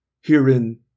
herein